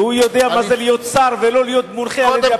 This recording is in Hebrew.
והוא יודע מה זה להיות שר ולא להיות מונחה על-ידי הפקידים.